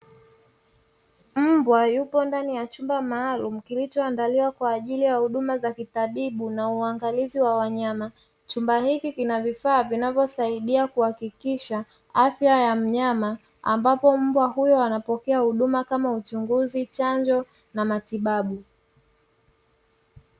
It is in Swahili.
Mbwa yupo ndani ya chumba maalumu kilichoandaliwa kwa ajili ya huduma za kitabibu na uangalizi wa wanyama. Chumba hiki kina vifaa vinavyosaidia kuhakikisha afya ya mnyama, ambapo mbwa huyo anapokea huduma kama uchunguzi, chanjo na matibabu.